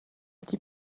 die